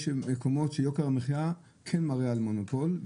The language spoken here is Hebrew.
מקומות שיוקר המחיה כן מראה על מונופול,